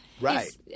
Right